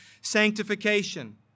sanctification